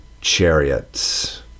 chariots